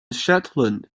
shetland